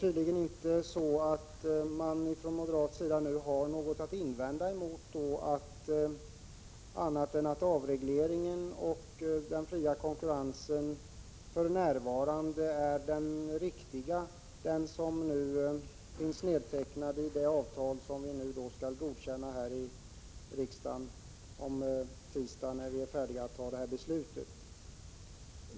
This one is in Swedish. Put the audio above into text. Tydligen har man nu inte från moderat sida andra invändningar än att avregleringen och den fria konkurrensen för närvarande är det riktiga, dvs. det som nu finns nedtecknat i det avtal som vi skall godkänna i riksdagen på tisdag, när vi är färdiga att gå till beslut.